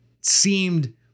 seemed